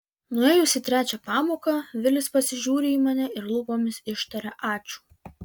nuėjus į trečią pamoką vilis pasižiūri į mane ir lūpomis ištaria ačiū